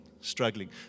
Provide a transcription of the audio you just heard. struggling